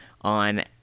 on